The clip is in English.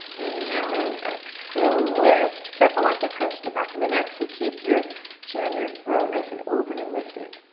inhale, in. exhale, lift. careful not to crunch the back of the neck. so keep your chin, your throat nice and open and lifted.